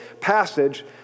passage